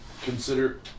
consider